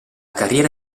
carriera